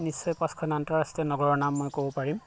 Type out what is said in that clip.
নিশ্চয় পাঁচখন আন্তঃৰাষ্ট্ৰীয় নগৰৰ নাম মই ক'ব পাৰিম